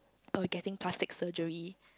of getting plastic surgery